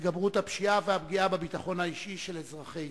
התגברות הפשיעה והפגיעה בביטחון האישי של אזרחי ישראל.